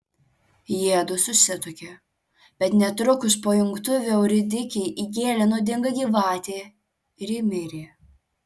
jiedu susituokė bet netrukus po jungtuvių euridikei įgėlė nuodinga gyvatė ir ji mirė